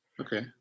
Okay